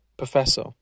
professor